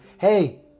Hey